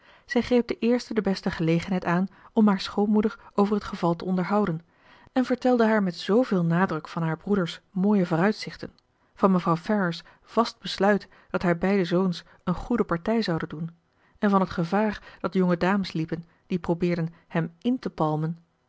zij greep de eerste de beste gelegenheid aan om haar schoonmoeder over het geval te onderhouden en vertelde haar met zooveel nadruk van haar broeder's mooie vooruitzichten van mevrouw ferrars vast besluit dat haar beide zoons een goede partij zouden doen en van het gevaar dat jonge dames liepen die probeerden hem in te palmen